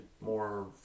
More